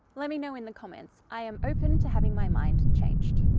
lemme know in the comments i am open to having my mind changed.